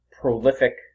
prolific